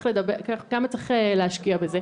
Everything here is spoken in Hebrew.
כמה צריך להשקיע בזה,